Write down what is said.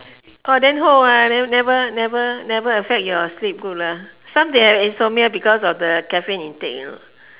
orh then never never never affect your sleep good lah some they have insomnia because of the caffeine intake you know